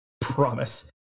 Promise